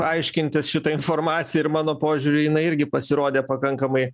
aiškintis šitą informaciją ir mano požiūriu jinai irgi pasirodė pakankamai